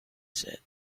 said